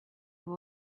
vous